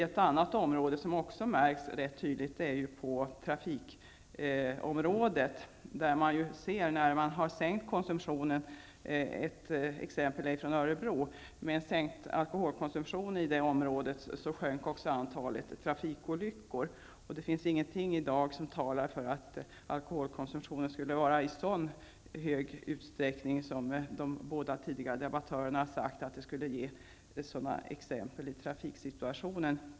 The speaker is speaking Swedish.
Ett annat område där det också märks rätt tydligt är på trafikområdet. Ett exempel är Örebro. Med sänkt alkoholkonsumtion i det området gick också antalet trafikolyckor ned. Det finns i dag ingenting som talar för att alkoholkonsumtionen skulle vara så stor som de båda tidigare debattörerna sagt att det skulle ge sådana exempel i trafiksituationen.